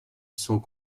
sont